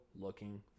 looking